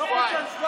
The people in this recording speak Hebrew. שבועיים.